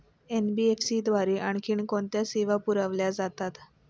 NBFC द्वारे आणखी कोणत्या सेवा पुरविल्या जातात?